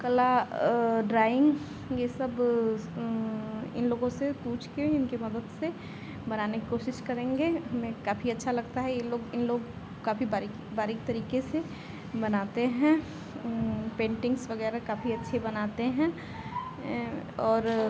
कला ड्राइन्ग यह सब इन लोगों से पूछकर इनकी मदद से बनाने की कोशिश करेंगे हमें काफ़ी अच्छा लगता है ये लोग इन लोग काफ़ी बारीकी बारीक तरीके से बनाते हैं पेन्टिन्ग्स वग़ैरह काफ़ी अच्छी बनाते हैं और